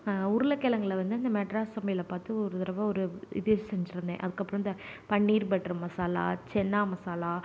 உருளகிழங்குல வந்து இந்த மெட்ராஸ் சமையல்ள பார்த்து ஒரு தடவை ஒரு இது செஞ்சிருந்தேன் அதுக்கு அப்புறோம் இந்த பன்னீர் பட்டர் மசாலா சன்னா மசாலா